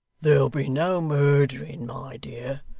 there'll be no murdering, my dear.